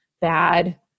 bad